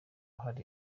hari